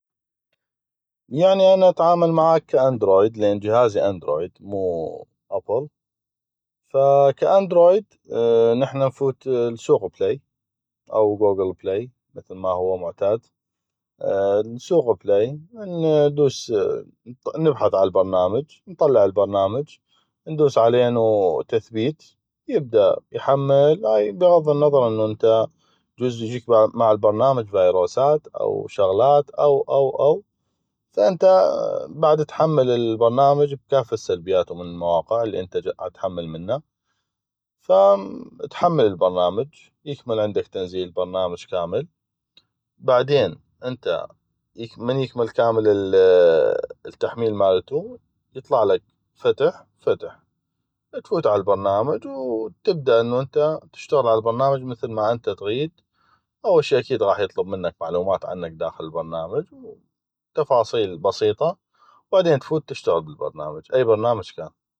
يعني انا اتعامل معاك ك اندرويد لان جهازي اندرويد ما ابل ف ك اندرويد احنا نفوت ل سوق بلي او كوكل بلي مثل ما هو معتاد ل سوق بلي انو ندوس نبحث عالبرنامج نطلع البرنامج ندوس علينو تثبيت يبدا يحمل هاي بغض النظر انو يجوز يجيك مع البرنامج فيروسات او شغلات او او او ف انته بعد تحمل البرنامج بكافة سلبياتو من المواقع اللي انته عتحمل منه ف تحمل البرنامج يكمل عندك تنزيل البرنامج كامل بعدين انته من يكمل كامل تحميل مالتو يطلعك فتح يفتح تفوت عالبرنامج وتبدا تشتغل عالبرنامج مثل ما انته تغيد أول شي اكيد غاح يطلب معلومات عنك داخل البرنامج فد تفاصيل بسيطه وبعدين تفوت تشتغل بالبرنامج أي برنامج كان